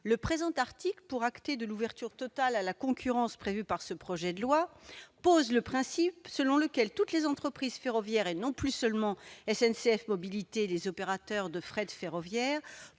Le présent article, pour acter l'ouverture totale à la concurrence prévue par le projet de loi, pose le principe selon lequel toutes les entreprises ferroviaires, et non plus seulement SNCF Mobilités et les opérateurs de fret ferroviaire,